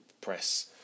press